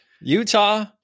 Utah